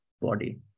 body